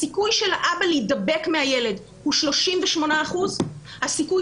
הסיכוי של האבא להידבק מהילד הוא 38 אחוזים והסיכוי